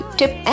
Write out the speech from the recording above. tip